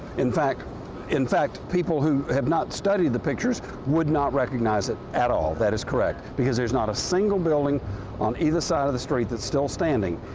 in fact in fact, people who have not studied the pictures would not recognize it at all, that is correct, because there's not a single building on either side of the street that's still standing.